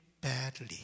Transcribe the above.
Badly